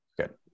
Good